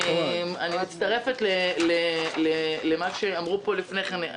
אני מצטרפת אל מה שאמרו פה לפני כן.